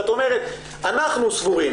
שאת אומרת אנחנו סבורים,